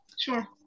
Sure